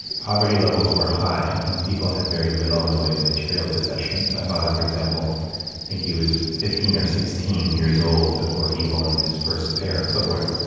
poverty levels were high, and people had very little in the way of material possessions. my father, for example, i think he was fifteen or sixteen years old before he owned his first pair of footwear.